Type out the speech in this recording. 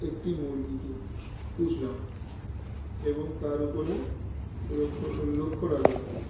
একটি মুরগিকে পুষলাম এবং তার উপরে লক্ষ্য লক্ষ্য রাখলাম